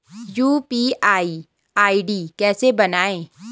UPI ID कैसे बनायें?